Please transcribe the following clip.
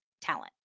talent